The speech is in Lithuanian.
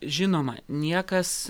žinoma niekas